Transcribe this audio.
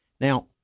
now